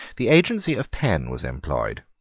the agency of penn was employed.